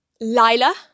Lila